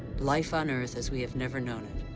life on earth as we have never known it.